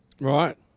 Right